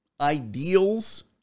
ideals